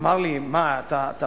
אמר לי: אתה מגזים,